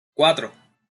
cuatro